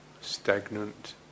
stagnant